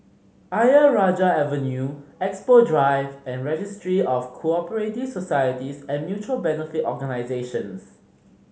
Ayer Rajah Avenue Expo Drive and Registry of Co Operative Societies and Mutual Benefit Organisations